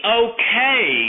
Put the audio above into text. okay